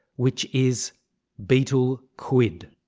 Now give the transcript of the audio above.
which is betel quid.